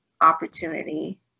opportunity